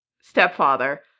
stepfather